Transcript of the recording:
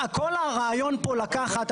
כל הרעיון פה לקחת,